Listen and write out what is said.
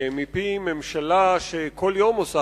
מפי ממשלה שכל יום עושה